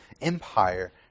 Empire